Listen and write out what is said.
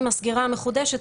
עם הסגירה המחודשת,